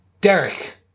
Derek